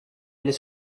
aller